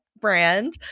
brand